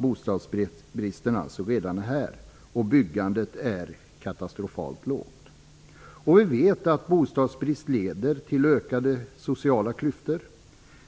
Bostadsbristen är alltså redan här, och byggandet är katastrofalt lågt. Vi vet att bostadsbrist leder till ökade sociala klyftor.